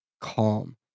calm